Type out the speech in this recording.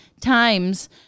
times